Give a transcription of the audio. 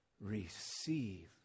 receive